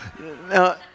now